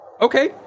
okay